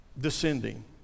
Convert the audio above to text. descending